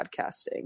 podcasting